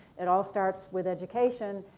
it all starts with education.